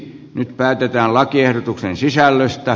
nyt päätetään lakiehdotuksen sisällöstä